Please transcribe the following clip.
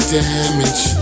damage